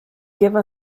give